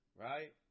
right